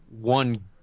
one